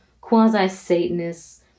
quasi-Satanists